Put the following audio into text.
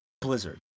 Blizzard